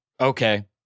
okay